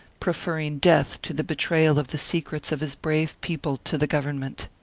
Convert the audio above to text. preferring death to the betrayal of the secrets of his brave people to the government.